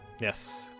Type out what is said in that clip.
Yes